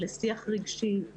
לשיח רגשי,